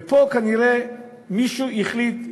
ופה כנראה מישהו החליט,